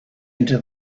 into